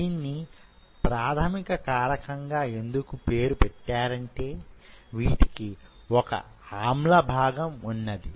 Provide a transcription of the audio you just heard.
దీన్ని ప్రాథమిక కారాకంగా ఎందుకు పేరు పెట్టారంటే వీటికి వొక ఆమ్ల భాగం వున్నది